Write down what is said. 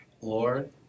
Lord